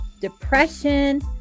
depression